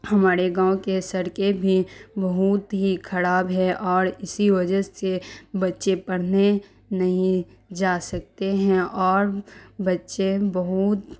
ہمارے گاؤں کے سڑکیں بھی بہت ہی خراب ہے اور اسی وجہ سے بچے پڑھنے نہیں جا سکتے ہیں اور بچے بہت